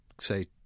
say